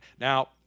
Now